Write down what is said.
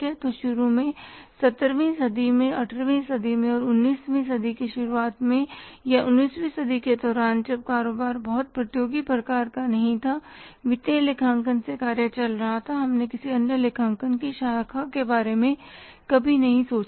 तो शुरू में 17वीं सदी में 18वीं सदी में और 19वीं सदी की शुरुआत मैं या 19वीं सदी के दौरान जब कारोबार बहुत प्रतियोगी प्रकार का नहीं था वित्तीय लेखांकन से कार्य चल रहा था हमने किसी अन्य लेखांकन की शाखा के बारे में कभी नहीं सोचा था